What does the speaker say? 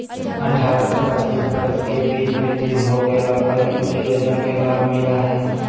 अठारह से पचास वर्ष के बीच मृत्यु हो गेला पर इ योजना के लाभ मिला हइ